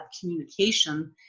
communication